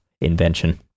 invention